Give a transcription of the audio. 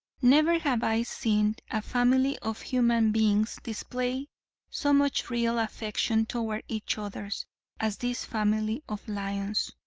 never have i seen a family of human beings display so much real affection toward each others as this family of lions.